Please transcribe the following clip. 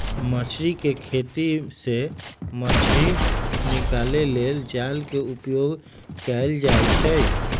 मछरी कें खेति से मछ्री निकाले लेल जाल के उपयोग कएल जाइ छै